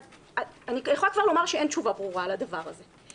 אני יכולה כבר לומר שאין תשובה ברורה על הדבר הזה.